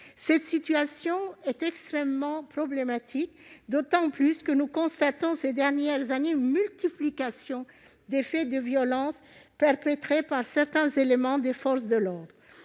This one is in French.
Cette situation est extrêmement problématique, d'autant plus que nous constatons, ces dernières années, une multiplication des faits de violence perpétrés par certains éléments des forces de l'ordre.